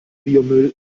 biomüll